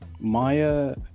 Maya